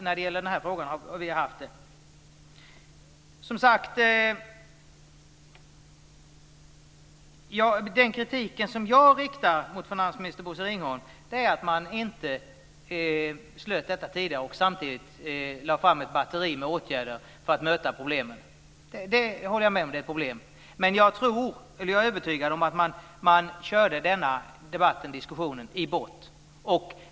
När det gäller den här frågan visar det sig nu att vi har haft det. Den kritik som jag riktar mot finansminister Bosse Ringholm är att man inte slöt detta avtal tidigare och samtidigt lade fram ett batteri med åtgärder för att möta problemen. Jag håller med om att det är ett problem. Men jag är övertygad om att man körde den här diskussionen i botten.